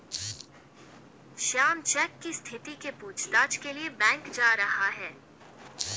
Shyam cheque की स्थिति के पूछताछ के लिए बैंक जा रहा है